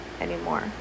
anymore